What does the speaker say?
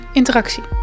interactie